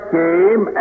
came